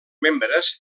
membres